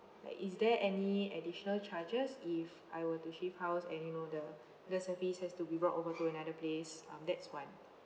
like is there any additional charges if I were to shift house and you know the the service has to be brought over to another place um that's one